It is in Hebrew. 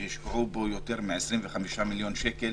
שהשקיעו בו יותר מ-25 מיליון שקל,